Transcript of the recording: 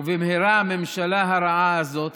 ובמהרה הממשלה הרעה הזאת